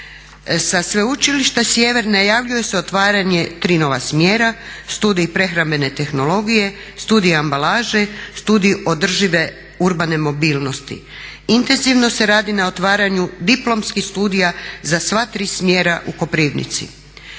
Sa Sveučilišta Sjever najavljuju se otvaranje tri nova smjera, studij prehrambene tehnologije, studij ambalaže, studij održive urbane mobilnosti. Intenzivno se radi na otvaranju diplomskih studija za sva tri smjera u Koprivnici.